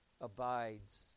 abides